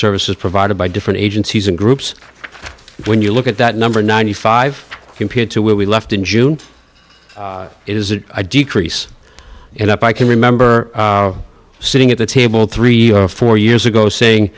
services provided by different agencies and groups when you look at that number ninety five computer will be left in june is it a decrease and up i can remember sitting at the table three or four years ago saying